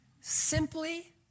Simply